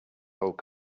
whole